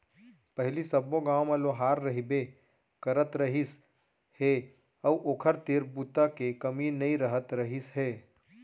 पहिली सब्बो गाँव म लोहार रहिबे करत रहिस हे अउ ओखर तीर बूता के कमी नइ रहत रहिस हे